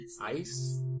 Ice